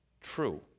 true